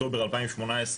באוקטובר 2018,